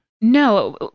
No